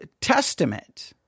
Testament